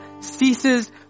ceases